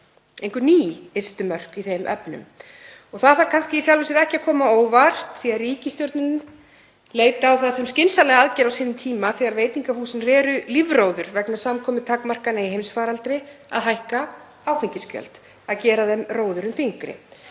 einhver ný ystu mörk í þeim efnum. Það þarf í sjálfu sér ekki að koma á óvart því ríkisstjórnin leit á það sem skynsamlega aðgerð á sínum tíma þegar veitingahúsin reru lífróður vegna samkomutakmarkana í heimsfaraldri að hækka áfengisgjöld og gera þeim róðurinn þyngri.